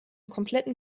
kompletten